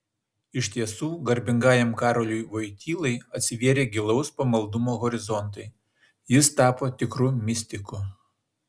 iš tiesų garbingajam karoliui vojtylai atsivėrė gilaus pamaldumo horizontai jis tapo tikru mistiku